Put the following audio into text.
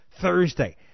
Thursday